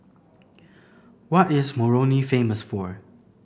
what is Moroni famous for